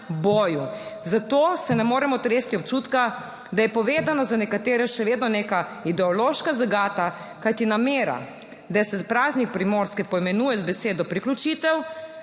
boju, zato se ne moremo otresti občutka, da je povedano za nekatere še vedno neka ideološka zagata, kajti namera, da se praznik Primorske poimenuje z besedo priključitev,